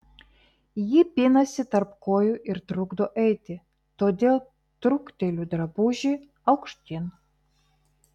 ji pinasi tarp kojų ir trukdo eiti todėl trukteliu drabužį aukštyn